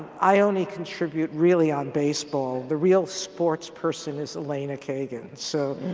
i only contribute really on baseball. the real sports person is elaina kagan, so,